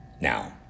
now